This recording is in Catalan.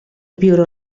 viure